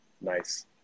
nice